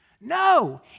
No